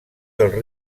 dels